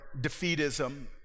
defeatism